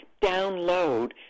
download